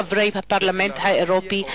חברי הפרלמנט האירופי,